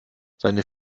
seine